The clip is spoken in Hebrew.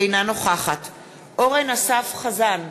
אינה נוכחת אורן אסף חזן,